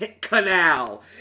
canal